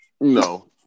no